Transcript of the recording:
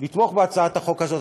לתמוך בהצעת החוק הזאת,